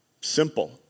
simple